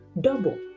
double